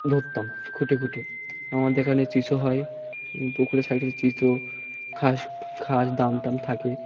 ধরতাম খুঁটে খুঁটে আমাদের এখানে চিসো হয় পুকুরের সাইডে চিসো খাস খাস দাম টাম থাকে